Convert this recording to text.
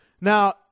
Now